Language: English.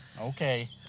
Okay